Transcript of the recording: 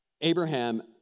Abraham